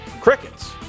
Crickets